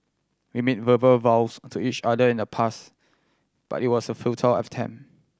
we made verbal vows to each other in the past but it was a futile attempt